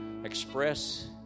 express